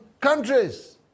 countries